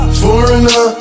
foreigner